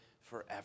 forever